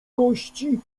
kości